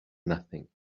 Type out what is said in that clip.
nothing